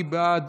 מי בעד?